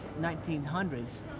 1900s